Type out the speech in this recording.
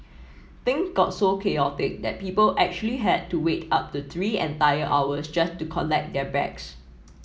thing got so chaotic that people actually had to wait up to three entire hours just to collect their bags